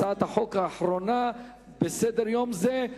הצעת החוק האחרונה בסדר-יום זה,